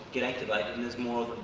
get activated and there's more of them.